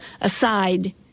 aside